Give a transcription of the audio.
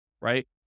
right